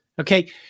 Okay